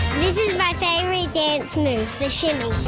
my favourite dance move. the shimmy.